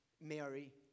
Mary